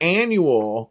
annual